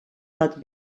bat